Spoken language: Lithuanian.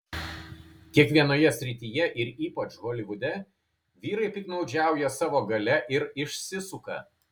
kiekvienoje srityje ir ypač holivude vyrai piktnaudžiauja savo galia ir išsisuka